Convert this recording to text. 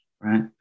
right